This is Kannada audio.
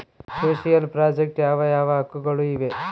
ಸೋಶಿಯಲ್ ಪ್ರಾಜೆಕ್ಟ್ ಯಾವ ಯಾವ ಹಕ್ಕುಗಳು ಇವೆ?